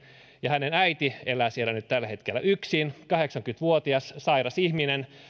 ja hänen äitinsä elää siellä nyt tällä hetkellä yksin kahdeksankymmentä vuotias sairas ihminen